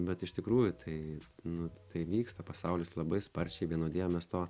bet iš tikrųjų tai nu tai vyksta pasaulis labai sparčiai vienodėja mes to